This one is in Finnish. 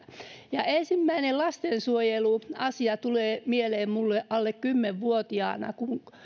ensimmäinen lastensuojeluasia joka minulle tulee mieleen oli alle kymmenvuotiaana